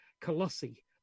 Colossi